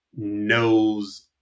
knows